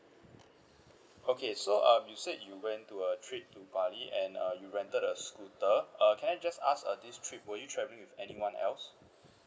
okay so um you said went to a trip to bali and uh you rented a scooter uh can I just ask uh this trip were you travelling with anyone else